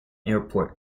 airport